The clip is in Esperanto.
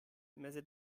meze